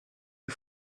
you